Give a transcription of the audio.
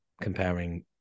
comparing